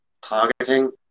targeting